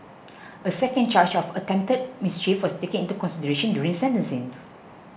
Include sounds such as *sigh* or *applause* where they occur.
*noise* a second charge of attempted mischief was taken into consideration during sentencings